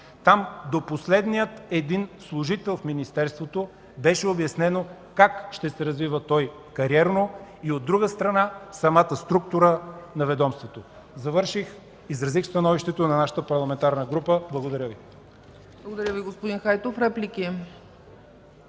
Там на всеки служител в министерството беше обяснено как ще се развива кариерно и, от друга страна, самата структура на ведомството. Завърших. Изразих становището на нашата парламентарна група. Благодаря Ви.